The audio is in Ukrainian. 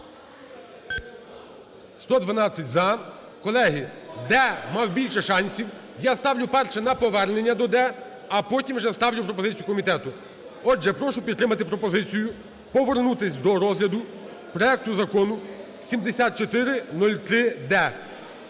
112-за. Колеги, "д" мав більше шансів. Я ставлю перше на повернення до "д", а потім вже ставлю пропозицію комітету. Отже, прошу підтримати пропозицію повернутися до розгляду проекту Закону 7403-д.